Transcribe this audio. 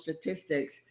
statistics